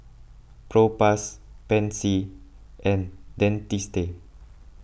Propass Pansy and Dentiste